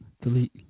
delete